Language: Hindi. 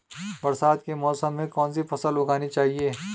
बरसात के मौसम में कौन सी फसल उगानी चाहिए?